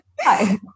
Hi